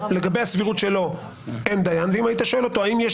לגבי הסבירות שלו אין דיין ואם היית שואל אותו האם יש